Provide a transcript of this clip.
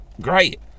Great